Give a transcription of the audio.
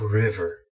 river